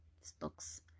stocks